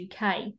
UK